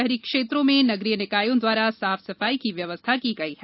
शहरी क्षेत्रों में नगरीय निकायों द्वारा साफ सफाई के व्यवस्था की गई है